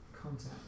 contact